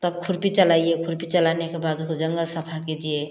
तब खुरपी चलाइए खुरपी चलाने के बाद वो जंगल सफा कीजिए